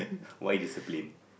why discipline